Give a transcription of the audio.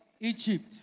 Egypt